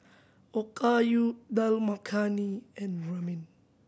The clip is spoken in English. Okayu Dal Makhani and Ramen